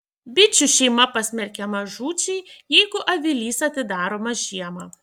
bičių šeima pasmerkiama žūčiai jeigu avilys atidaromas žiemą